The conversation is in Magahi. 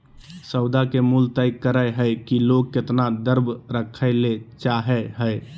सौदा के मूल्य तय करय हइ कि लोग केतना द्रव्य रखय ले चाहइ हइ